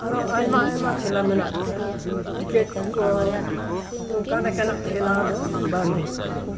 ᱟᱨᱚ ᱟᱭᱢᱟ ᱟᱭᱢᱟ ᱠᱷᱮᱞᱟ ᱢᱮᱱᱟᱜ ᱠᱟᱫᱟ ᱠᱨᱤᱠᱮᱴ ᱠᱚ ᱚᱱᱠᱟ ᱞᱮᱠᱟᱱᱟᱜ ᱠᱷᱮᱞᱟ ᱫᱚ ᱵᱟᱝ ᱦᱩᱭᱩᱜ ᱠᱟᱱᱟ ᱱᱚᱰᱮ ᱫᱚ